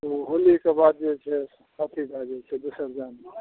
ओ होली कऽ बाद जे छै सभचीज भए जाए छै बिसर्जन